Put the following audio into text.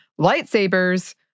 Lightsabers